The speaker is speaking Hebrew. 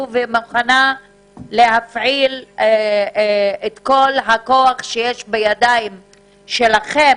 ומוכנות להפעיל את כל הכוח שיש בידיים שלכם